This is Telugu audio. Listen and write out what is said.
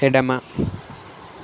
ఎడమ